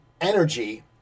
energy